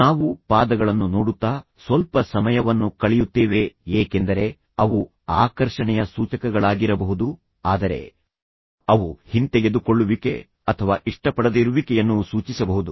ನಾವು ಪಾದಗಳನ್ನು ನೋಡುತ್ತಾ ಸ್ವಲ್ಪ ಸಮಯವನ್ನು ಕಳೆಯುತ್ತೇವೆ ಏಕೆಂದರೆ ಅವು ಆಕರ್ಷಣೆಯ ಸೂಚಕಗಳಾಗಿರಬಹುದು ಆದರೆ ಅವು ಹಿಂತೆಗೆದುಕೊಳ್ಳುವಿಕೆ ಅಥವಾ ಇಷ್ಟಪಡದಿರುವಿಕೆಯನ್ನೂ ಸೂಚಿಸಬಹುದು